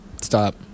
Stop